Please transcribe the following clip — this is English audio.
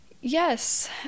Yes